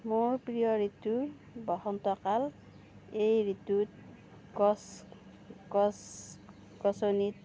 মোৰ প্ৰিয় ঋতু বসন্তকাল এই ঋতুত গছ গছ গছনিত